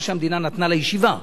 מה שהמדינה נתנה לישיבה,